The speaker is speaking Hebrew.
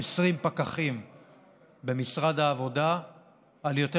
20 פקחים במשרד העבודה על יותר